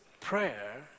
prayer